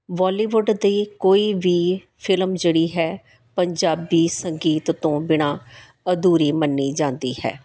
Bollywood ਦੀ ਕੋਈ ਵੀ ਫਿਲਮ ਜਿਹੜੀ ਹੈ ਪੰਜਾਬੀ ਸੰਗੀਤ ਤੋਂ ਬਿਨਾਂ ਅਧੂਰੀ ਮੰਨੀ ਜਾਂਦੀ ਹੈ